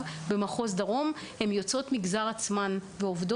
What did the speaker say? במחוז דרום הן יוצאות המגזר הבדואי,